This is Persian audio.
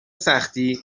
سختی